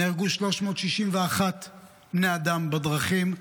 נהרגו 361 בני-אדם בדרכים.